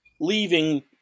leaving